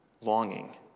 longing